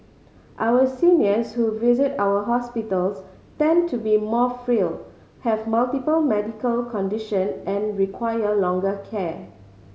our seniors who visit our hospitals tend to be more frail have multiple medical condition and require longer care